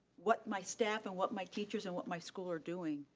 what my staff and what my teachers and what my school are doing,